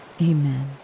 amen